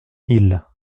isle